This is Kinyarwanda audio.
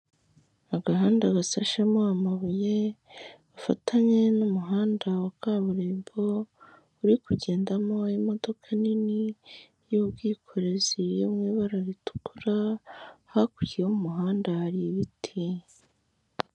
Agahanda gasashemo amabuye bafatanye n'umuhanda wa kaburimbo, uri kugendamo imodoka nini y'ubwikorezi yo mu ibara ritukura hakurya y'umuhanda hari ibiti.